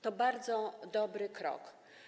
To bardzo dobry krok.